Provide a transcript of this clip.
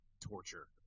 torture